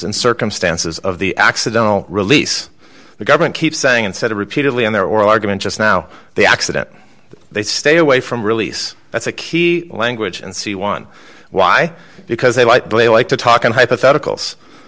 and circumstances of the accidental release the government keeps saying instead of repeatedly on their oral argument just now the accident they stay away from release that's a key language and see one why because a white boy like to talk in hypotheticals